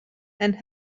and